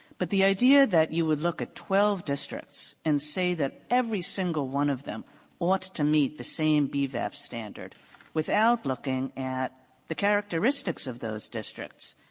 but the idea that you would look at twelve districts and say that every single one of them ought to meet the same bvap standard without looking at the characteristics of those districts,